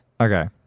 Okay